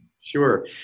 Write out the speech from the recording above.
Sure